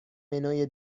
منوی